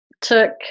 took